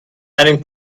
einen